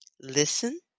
Listen